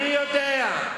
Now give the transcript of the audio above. אני יודע.